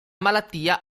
malattia